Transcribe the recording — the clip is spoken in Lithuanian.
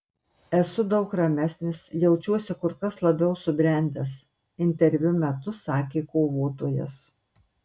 esu daug ramesnis jaučiuosi kur kas labiau subrendęs interviu metu sakė kovotojas